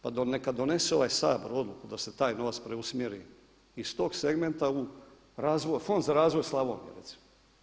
Pa neka donese ovaj Sabor odluku da se taj novac preusmjeri iz tog segmenta u fond za razvoj Slavonije, recimo.